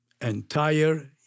entire